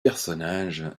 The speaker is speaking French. personnages